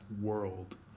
world